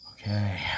okay